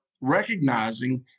recognizing